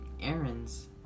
errands